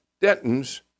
Denton's